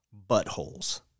Buttholes